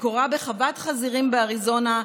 מקורה בחוות חזירים באריזונה,